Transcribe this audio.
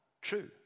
true